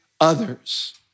others